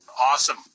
Awesome